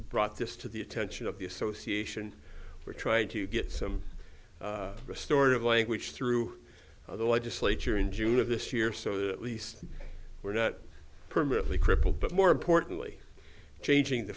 brought this to the attention of the association we're trying to get some restored of language through the legislature in june of this year so that least we're not permanently cripple but more importantly changing the